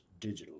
digitally